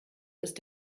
ist